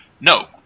no